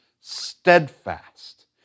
steadfast